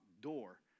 door